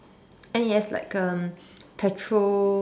and it has like a petrol